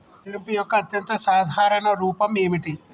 చెల్లింపు యొక్క అత్యంత సాధారణ రూపం ఏమిటి?